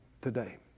today